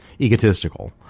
egotistical